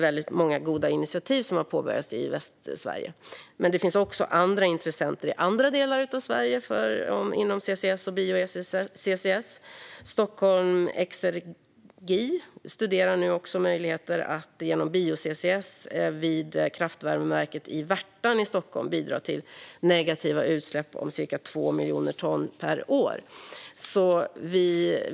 Väldigt många goda initiativ har påbörjats i Västsverige. Men det finns också andra intressenter i andra delar av Sverige inom CCS och bio-CCS. Stockholm Exergi studerar nu möjligheter att genom bio-CCS vid kraftvärmeverket i Värtan i Stockholm bidra till negativa utsläpp om ca 2 miljoner ton per år.